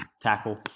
tackle